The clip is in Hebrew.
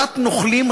לחבורת נוכלים,